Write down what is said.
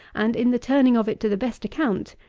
and in the turning of it to the best account,